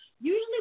usually